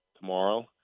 tomorrow